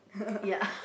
ya